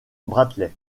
bradley